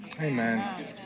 amen